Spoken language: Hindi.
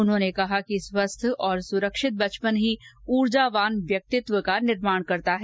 उन्होंने कहा कि स्वस्थ और सुरक्षित बचपन ही ऊर्जावान व्यक्तित्व का निर्माण करता है